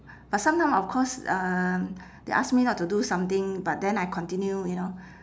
but sometime of course um they ask me not to do something but then I continue you know